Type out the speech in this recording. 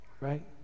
right